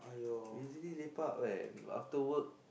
usually lepak at after work